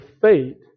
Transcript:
fate